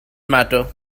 matter